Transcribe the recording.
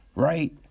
right